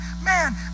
man